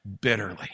bitterly